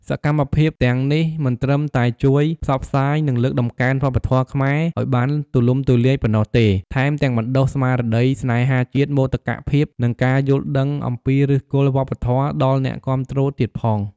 សកម្មភាពទាំងនេះមិនត្រឹមតែជួយ ផ្សព្វផ្សាយនិងលើកតម្កើងវប្បធម៌ខ្មែរ ឱ្យបានទូលំទូលាយប៉ុណ្ណោះទេ ថែមទាំង បណ្ដុះស្មារតីស្នេហាជាតិ មោទកភាព និងការយល់ដឹងអំពីឫសគល់វប្បធម៌ ដល់អ្នកគាំទ្រទៀតផង។